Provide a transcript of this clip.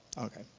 Okay